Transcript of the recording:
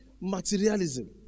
materialism